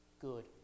good